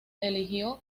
eligió